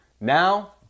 Now